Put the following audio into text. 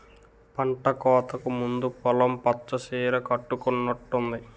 పంటకోతకు ముందు పొలం పచ్చ సీర కట్టుకునట్టుంది